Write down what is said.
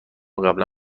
قبلا